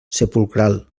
sepulcral